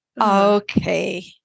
Okay